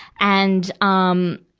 and, um,